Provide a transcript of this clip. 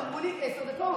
אבל אמרו לי עשר דקות.